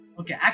Okay